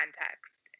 context